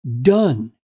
done